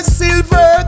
silver